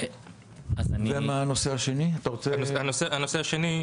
הנושא השני,